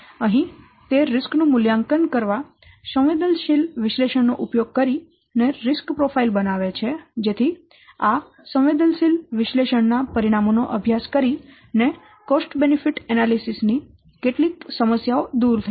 અહીં તે જોખમો નું મૂલ્યાંકન કરવા સંવેદનશીલ વિશ્લેષણ નો ઉપયોગ કરીને રિસ્ક પ્રોફાઇલ બનાવે છે જેથી આ સંવેદનશીલ વિશ્લેષણ ના પરિણામો નો અભ્યાસ કરીને કોસ્ટ બેનિફીટ એનાલિસીસ ની કેટલીક સમસ્યાઓ દૂર થઈ જશે